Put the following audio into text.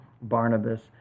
Barnabas